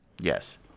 Yes